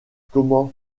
comment